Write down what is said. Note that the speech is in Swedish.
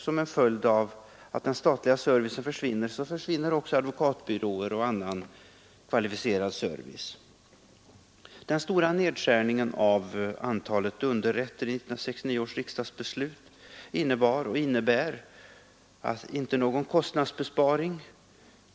Som en följd av att den statliga servicen försvinner kommer också advokatbyråer och annan kvalificerad service att försvinna. Den stora nedskärhingen av antalet underrätter i 1969 års riksdagsbeslut innebar — och innebär — inte någon kostnadsbesparing.